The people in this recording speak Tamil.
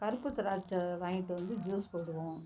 கருப்பு திராட்சை வாங்கிட்டு வந்து ஜூஸ் போடுவோம்